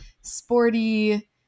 sporty